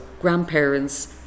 grandparents